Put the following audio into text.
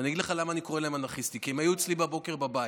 ואני אגיד לך למה אני קורא להם "אנרכיסטים" כי הם היו אצלי בבוקר בבית,